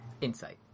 insight